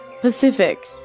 Pacific